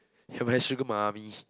you're my sugar mummy